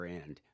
end